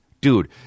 dude